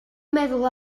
meddwl